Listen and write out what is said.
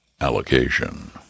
allocation